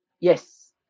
yes